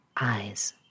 eyes